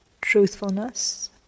truthfulness